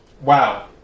Wow